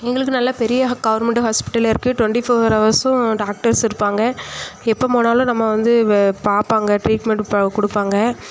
உங்களுக்கு நல்லா பெரிய கவர்மண்ட்டு ஹாஸ்பிட்டல் இருக்குது டுவெண்ட்டி ஃபோர் ஹவர்ஸும் டாக்டர்ஸ் இருப்பாங்க எப்போது போனாலும் நம்மை வந்து பார்ப்பாங்க ட்ரீட்மெண்ட்டு கொடுப்பாங்க